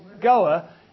Goa